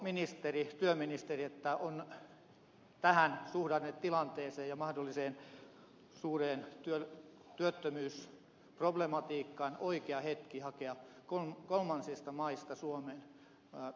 katsooko työministeri että on tähän suhdannetilanteeseen ja mahdolliseen suureen työttömyysproblematiikkaan nähden oikea hetki hakea kolmansista maista suomeen metallimiehiä